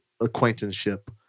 acquaintanceship